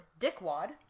Dickwad